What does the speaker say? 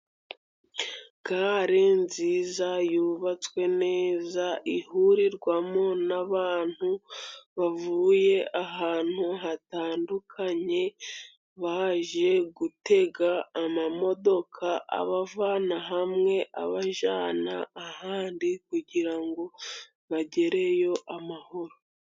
Gare nziza yubatswe neza ihurirwamo n'abantu bavuye ahantu hatandukanye, baje gutega amamodoka abavana hamwe abajyana ahandi kugira ngo bagereyo amahoro.